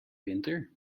winter